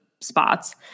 spots